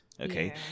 okay